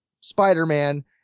Spider-Man